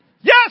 Yes